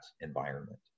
environment